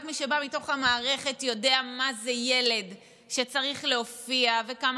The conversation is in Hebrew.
רק מי שבא מתוך המערכת יודע מה זה ילד שצריך להופיע וכמה